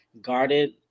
guarded